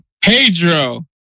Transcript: Pedro